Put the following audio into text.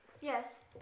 Yes